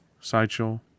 Sideshow